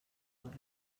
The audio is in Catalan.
hores